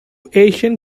asian